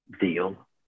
deal